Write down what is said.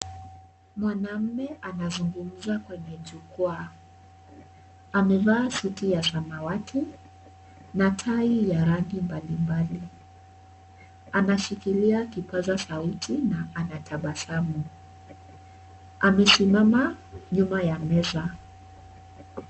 Mwanaume anazungumza kwenye jukwaa, amevaa suti ya samawati na tai ya rangi mbalimbali. Anashikilia kipaza sauti na anatabasamu, amesimama nyuma ya meza.